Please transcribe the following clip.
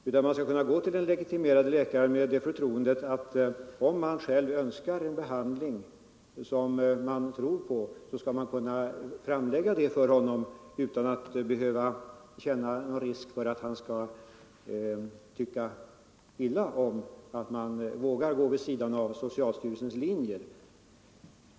Man skall kunna gå till en legitimerad läkare i förvissning om att i de fall man själv önskar en behandling som man tror på, skall man kunna framlägga det önskemålet för läkaren utan att behöva riskera att han tycker illa om att man vågar gå vid sidan av socialstyrelsens linje.